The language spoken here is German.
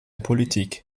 politik